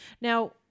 now